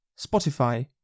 Spotify